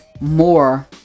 more